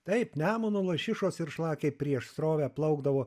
taip nemuno lašišos ir šlakai prieš srovę plaukdavo